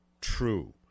true